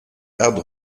hard